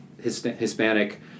Hispanic